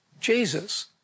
Jesus